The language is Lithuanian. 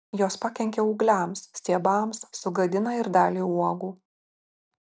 jos pakenkia ūgliams stiebams sugadina ir dalį uogų